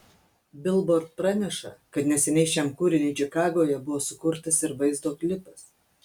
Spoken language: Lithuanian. bilbord praneša kad neseniai šiam kūriniui čikagoje buvo sukurtas ir vaizdo klipas